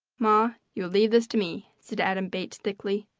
ma, you leave this to me, said adam bates, thickly.